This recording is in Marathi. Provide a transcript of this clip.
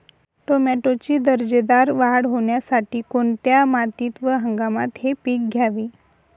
टोमॅटोची दर्जेदार वाढ होण्यासाठी कोणत्या मातीत व हंगामात हे पीक घ्यावे?